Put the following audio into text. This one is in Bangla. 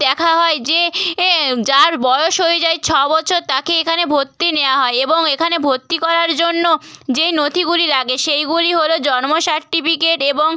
দেখা হয় যে এ যার বয়স হয়ে যায় ছ বছর তাকে এখানে ভর্তি নেয়া হয় এবং এখানে ভর্তি করার জন্য যেই নথিগুলি লাগে সেইগুলি হলো জন্ম সার্টিফিকেট এবং